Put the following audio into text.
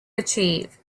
achieve